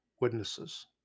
witnesses